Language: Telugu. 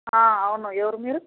అవును ఎవరు మీరు